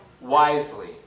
wisely